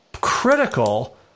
critical